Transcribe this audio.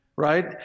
Right